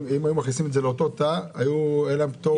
אם היו מכניסים את זה לאותו תא, היה להם פטור ממס?